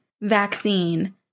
vaccine